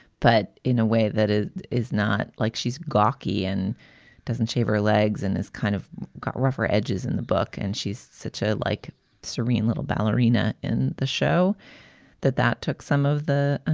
but in a way that it is not like she's gawky and doesn't shave her legs and has kind of got rougher edges in the book. and she's such ah like serene little ballerina in the show that that took some of the